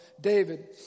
David